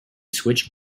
switch